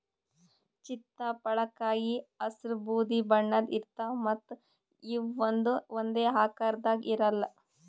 ಚಿತ್ತಪಳಕಾಯಿ ಹಸ್ರ್ ಬೂದಿ ಬಣ್ಣದ್ ಇರ್ತವ್ ಮತ್ತ್ ಇವ್ ಒಂದೇ ಆಕಾರದಾಗ್ ಇರಲ್ಲ್